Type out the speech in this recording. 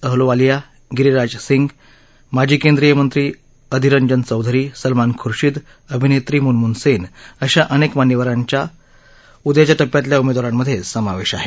अहलुवालिया गिरीराज सिंग माजी केंद्रीय मंत्री अधिररंजन चौधरी सलमान खुर्शीद अभिनेत्री मुनमुन सेन अशा अनेक मान्यवरांचा उद्याच्या टप्प्यातल्या उमेदवारांमधे समावेश आहे